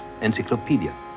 encyclopedia